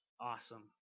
awesome